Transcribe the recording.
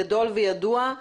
גדול וידוע,